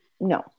no